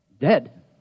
Dead